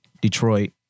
Detroit